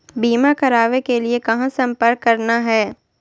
बीमा करावे के लिए कहा संपर्क करना है?